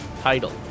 title